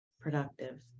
productive